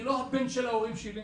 אני לא הבן של ההורים שלי.